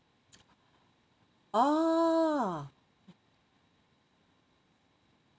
oh